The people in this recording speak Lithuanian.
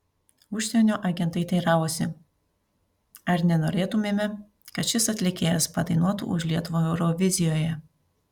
užsienio agentai teiravosi ar nenorėtumėme kad šis atlikėjas padainuotų už lietuvą eurovizijoje